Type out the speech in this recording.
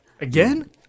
Again